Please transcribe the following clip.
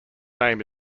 name